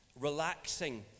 relaxing